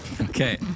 Okay